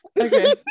Okay